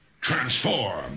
transform